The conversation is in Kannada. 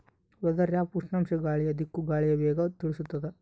ವೆದರ್ ಆ್ಯಪ್ ಉಷ್ಣಾಂಶ ಗಾಳಿಯ ದಿಕ್ಕು ಗಾಳಿಯ ವೇಗ ತಿಳಿಸುತಾದ